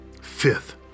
fifth